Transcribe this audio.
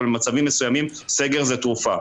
ובמצבים מסוימים סגר זה תרופה.